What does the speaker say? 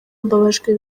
mbabajwe